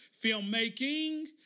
Filmmaking